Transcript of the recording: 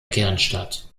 kernstadt